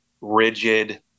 rigid